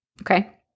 okay